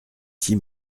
six